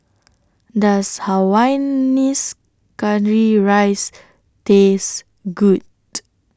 Does Hainanese Curry Rice Taste Good